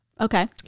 okay